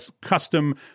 custom